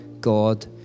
God